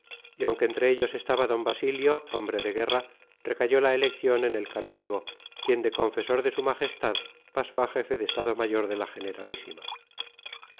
y aunque entre ellos estaba d basilio hombre de guerra recayó la elección en el canónigo quien de confesor de s m pasó a jefe de estado mayor de la generalísima